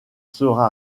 sera